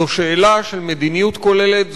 זו שאלה של מדיניות כוללת,